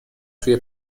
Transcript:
توی